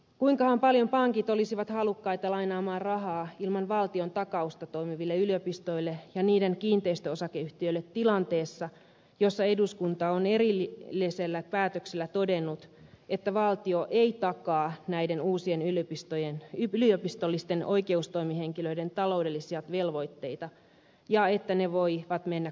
kuinkahan paljon pankit olisivat halukkaita lainaamaan rahaa ilman valtiontakausta toimiville yliopistoille ja niiden kiinteistöosakeyhtiöille tilanteessa jossa eduskunta on erillisellä päätöksellä todennut että valtio ei takaa näiden uusien yliopistollisten oikeustoimihenkilöiden taloudellisia velvoitteita ja että ne voivat mennä konkurssiin